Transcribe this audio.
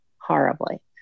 horribly